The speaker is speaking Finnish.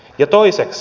ja toiseksi